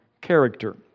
character